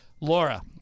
Laura